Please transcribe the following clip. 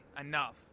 enough